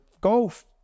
golf